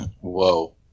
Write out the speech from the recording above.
Whoa